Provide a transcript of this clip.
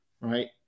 right